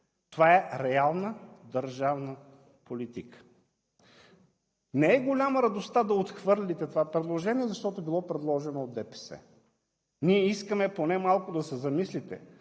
това е реална държавна политика. Не е голяма радостта да отхвърлите това предложение, защото било предложено от ДПС. Ние искаме поне малко да се замислите,